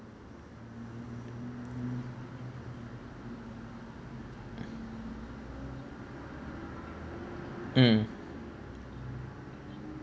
mm